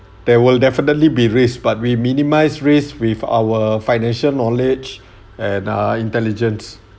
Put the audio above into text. there will definitely be risk but we minimize risk with our financial knowledge and ah intelligence